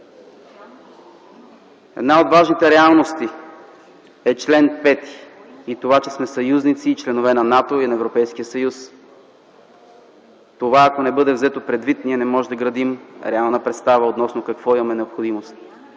Една от важните реалности е чл. 5 и това, че сме съюзници и членове на НАТО и на Европейския съюз. Ако това не бъде взето предвид, ние не можем да градим реална представа относно какво имаме необходимост.